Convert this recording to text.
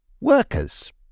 workers